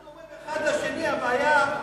אנחנו אומרים אחד לשני, הבעיה היא